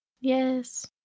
Yes